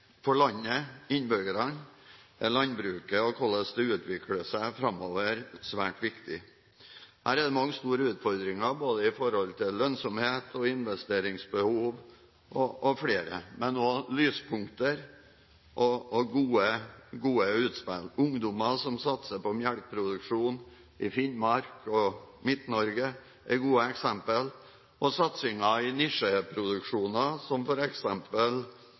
For landet, innbyggerne, er landbruket og hvordan det utvikler seg framover, svært viktig. Her er det mange store utfordringer i forhold til både lønnsomhet, investeringsbehov og mer, men også lyspunkter og gode utspill. Ungdommer som satser på melkeproduksjon i Finnmark og Midt-Norge, er gode eksempler, og satsinger på nisjeprodukter, som